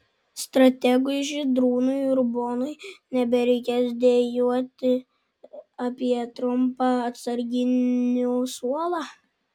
strategui žydrūnui urbonui nebereikės dejuoti apie trumpą atsarginių suolą